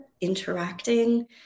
interacting